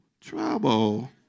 trouble